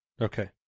Okay